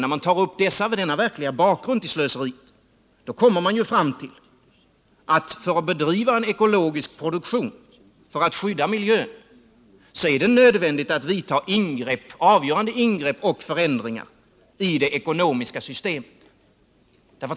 När man tar upp denna verkliga bakgrund till slöseriet kommer man fram till att det, för att bedriva en ekologisk produktion och för att skydda miljön, är nödvändigt att företa avgörande ingrepp och förändringar i det ekonomiska systemet.